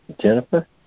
Jennifer